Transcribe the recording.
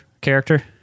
character